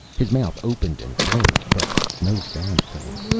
his mouth opened and closed, but no sound came.